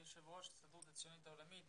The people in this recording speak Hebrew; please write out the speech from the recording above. יושב ראש ההסתדרות הציונית העולמית,